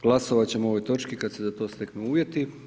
Glasovat ćemo o ovoj točki kad se za to steknu uvjeti.